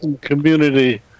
community